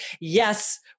Yes